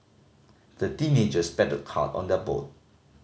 the teenagers paddled hard on their boat